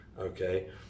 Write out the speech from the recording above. okay